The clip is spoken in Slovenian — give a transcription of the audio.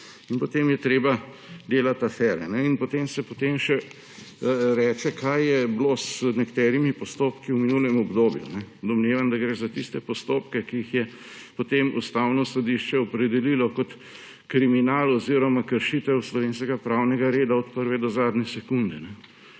potem je treba delati afere in potem se še reče, kaj je bilo z nekaterimi postopki v minulem obdobju. Domnevam, da gre za tiste postopke, ki jih je potem Ustavno sodišče opredelilo kot kriminal oziroma kršitev slovenskega pravnega reda od prve do zadnje sekunde.